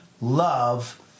love